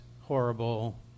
horrible